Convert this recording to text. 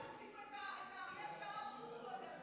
אפילו את "האריה שאהב תות" הוא לא יודע לספר.